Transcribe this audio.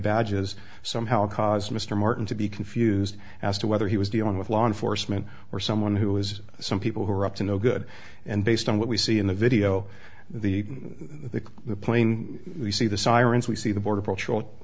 badges somehow caused mr martin to be confused as to whether he was dealing with law enforcement or someone who has some people who are up to no good and based on what we see in the video the the the plane we see the sirens we see the border patrol